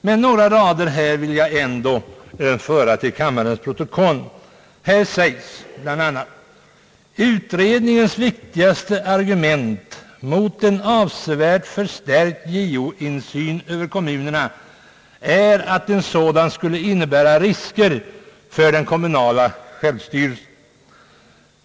Men några rader vill jag ändå föra till kammarens protokoll. Här sägs bl.a.: »Utredningens viktigaste argument mot en avsevärt förstärkt JO-insyn över kommunerna är att en sådan skulle innebära risker för den kommunala självstyrelsen.